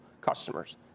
customers